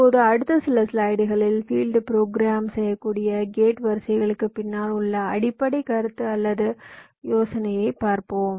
இப்போது அடுத்த சில ஸ்லைடுகளில் பீல்ட் புரோகிராம் செய்யக்கூடிய கேட் வரிசைகளுக்குப் பின்னால் உள்ள அடிப்படை கருத்து அல்லது யோசனையைப் பார்ப்போம்